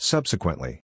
Subsequently